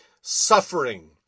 suffering